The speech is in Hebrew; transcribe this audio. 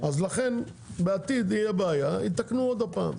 לכן אם בעתיד תהיה בעיה, יתקנו עוד הפעם,